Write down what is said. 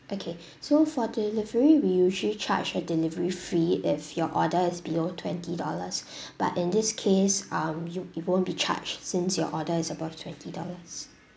okay so for delivery we usually charge a delivery fee if your order is below twenty dollars but in this case um you you won't be charged since your order is above twenty dollars